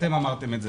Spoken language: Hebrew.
אתם אמרתם את זה.